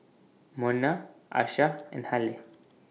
Monna Asha and Halle